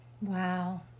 Wow